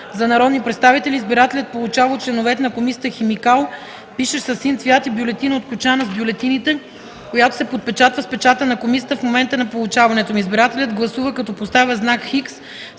за народни представители избирателят получава от членовете на комисията химикал, пишещ със син цвят и бюлетина от кочана с бюлетините, която се подпечатва с печата на комисията в момента на получаването й. Избирателят гласува, като поставя знак „X”